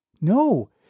No